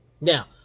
Now